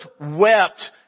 wept